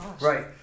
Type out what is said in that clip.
Right